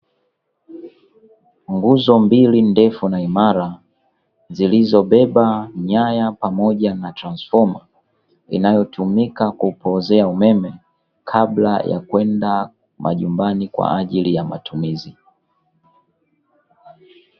Nguzo mbili ndefu na imara zilizobeba nyaya pamoja na transfoma, inayotumika kupoozea umeme kabla ya kwenda majumbani kwa ajili ya matumizi.